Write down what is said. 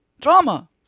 Drama